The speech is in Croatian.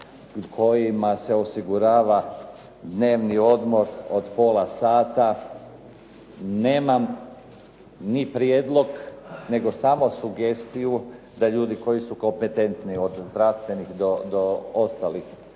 kojima se osigurava dnevni odmor od pola sata. Nemam ni prijedlog, nego samo sugestiju da ljudi koji su kompetentni od zdravstvenih do ostalih